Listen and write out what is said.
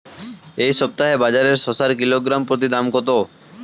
এই সপ্তাহে বাজারে শসার কিলোগ্রাম প্রতি দাম কত?